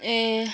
ए